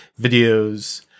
videos